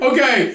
Okay